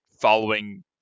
following